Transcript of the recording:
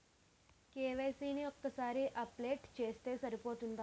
KYC ని ఒక్కసారి update చేస్తే సరిపోతుందా?